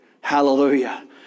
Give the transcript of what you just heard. hallelujah